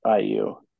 IU